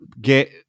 get